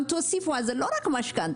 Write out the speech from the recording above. גם תוסיפו, זה לא רק משכנתה.